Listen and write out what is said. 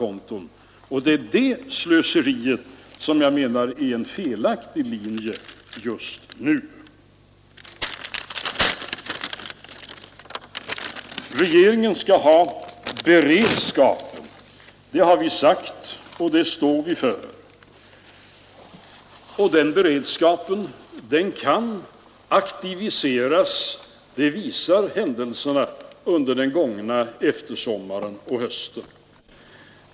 Och det är det slöseriet som jag anser vara en felaktig linje just nu. Regeringen skall ha en beredskap. Det har vi sagt, och det står vi för. Och att den beredskapen kan aktiviseras visar händelserna under den gångna eftersommaren och Fru talman!